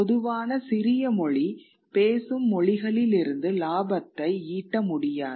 பொதுவான சிறிய மொழி பேசும் மொழிகளிலிருந்து லாபத்தை ஈட்ட முடியாது